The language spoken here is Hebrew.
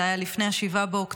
זה היה לפני 7 באוקטובר.